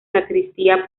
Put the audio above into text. sacristía